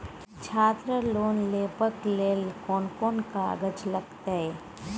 छात्र लोन लेबाक लेल कोन कोन कागज लागतै?